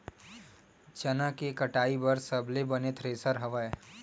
चना के कटाई बर सबले बने थ्रेसर हवय?